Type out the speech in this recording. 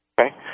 Okay